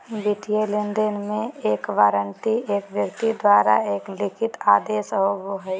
वित्तीय लेनदेन में, एक वारंट एक व्यक्ति द्वारा एक लिखित आदेश होबो हइ